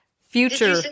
Future